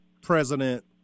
President